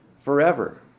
forever